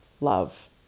love